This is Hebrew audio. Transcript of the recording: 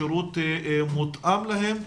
שירות מותאם להם,